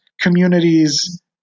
communities